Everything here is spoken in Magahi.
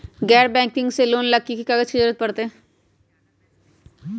गैर बैंकिंग से लोन ला की की कागज के जरूरत पड़तै?